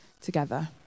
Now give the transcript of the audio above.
together